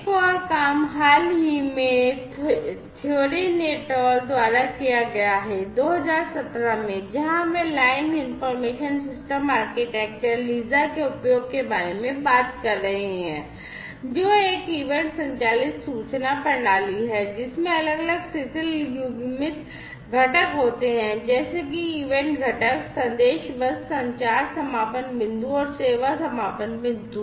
एक और काम हाल ही में Theorin et al द्वारा किया गया है 2017 में जहां वे line information system architecture LISA के उपयोग के बारे में बात कर रहे हैं जो एक इवेंट संचालित सूचना प्रणाली है जिसमें अलग अलग शिथिल युग्मित घटक होते हैं जैसे कि ईवेंट घटक संदेश बस संचार समापन बिंदु और सेवा समापन बिंदु